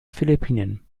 philippinen